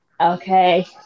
Okay